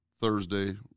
Thursday